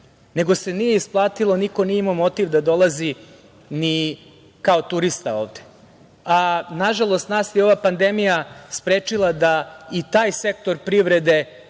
nego se nije isplatilo i niko nije imao motiv da dolazi ni kao turista ovde. Nažalost, nas je ova pandemija sprečila da i taj sektor privrede,